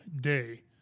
day